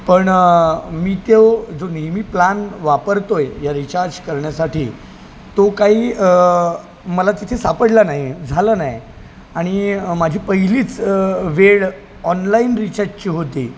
पण मी तो जो नेहमी प्लाॅन वापरतो आहे या रिचार्ज करण्यासाठी तो काही मला तिथे सापडला नाही झाला नाही आणि माझी पहिलीच वेळ ऑनलाईन रिचार्जची होती